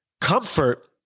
comfort